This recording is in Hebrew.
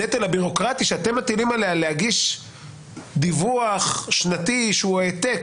ומלבד הנטל הבירוקרטי שאתם מטילים עליה להגיש דיווח שנתי שהוא העתק,